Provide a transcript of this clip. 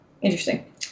Interesting